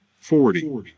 forty